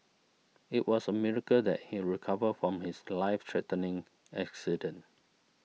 it was a miracle that he recovered from his life threatening accident